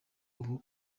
ubu